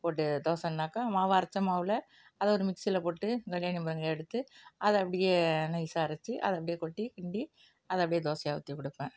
போட்டு தோசைனாக்கா மாவை அரைச்ச மாவில் அது ஒரு மிக்ஸியில் போட்டு எடுத்து அதை அப்படியே நைசாக அரச்சு அதிய அப்படியே கொட்டி கிண்டி அதிய அப்படியே தோசையா ஊற்றி கொடுப்பேன்